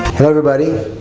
hello, everybody.